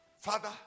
father